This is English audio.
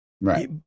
Right